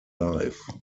life